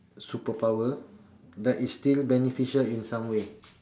super power that is still beneficial in some way